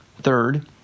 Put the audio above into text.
Third